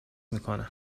میکنم